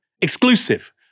Exclusive